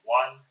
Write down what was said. one